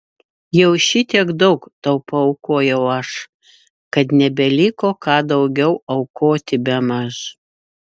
jau šitiek daug tau paaukojau aš kad nebeliko ką daugiau aukoti bemaž